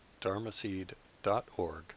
dharmaseed.org